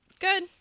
Good